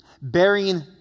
bearing